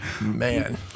man